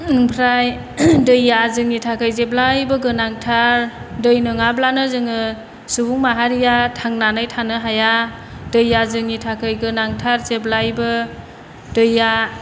ओमफ्राय दैया जोंनि थाखाय जेब्लायबो गोनांथार दै नङाब्लानो जोङो सुबुं माहारिया थांनानै थानो हाया दैया जोंनि थाखाय गोनांथार जेब्लायबो दैया